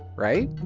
right?